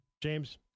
James